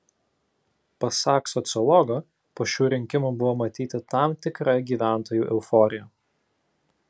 pasak sociologo po šių rinkimų buvo matyti tam tikra gyventojų euforija